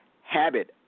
habit